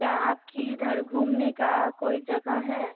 क्या आपकी इधर घूमने का कोई जगह है